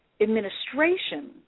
administration